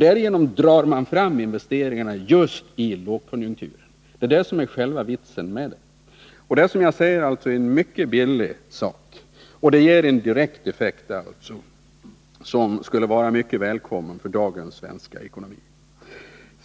Därigenom drar man fram investeringarna just i lågkonjunkturen. Det är det som är själva vitsen med rabatten. Och det är, som jag sade tidigare, en mycket billig åtgärd som direkt ger effekt, vilket skulle vara mycket välkommet för dagens svenska ekonomi.